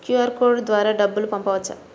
QR code ద్వారా డబ్బులు పంపవచ్చా?